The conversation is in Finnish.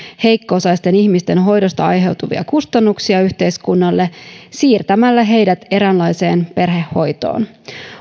heikko osaisten ihmisten hoidosta aiheutuvia kustannuksia yhteiskunnalle siirtämällä heidät eräänlaiseen perhehoitoon